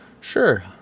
sure